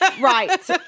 Right